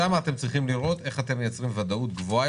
שם אתם צריכים לראות איך אתם מייצרים ודאות גבוהה